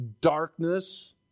darkness